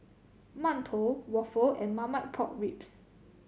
mantou waffle and Marmite Pork Ribs